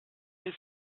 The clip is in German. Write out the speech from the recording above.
ist